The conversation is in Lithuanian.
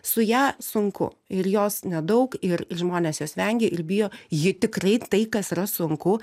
su ja sunku ir jos nedaug ir žmonės jos vengia ir bijo ji tikrai tai kas yra sunku